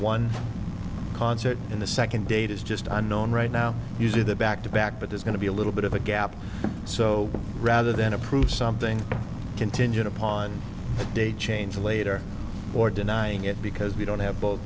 one concert and the second date is just unknown right now these are the back to back but there's going to be a little bit of a gap so rather than approve something contingent upon a date change or later or denying it because we don't have both